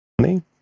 money